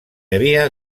havia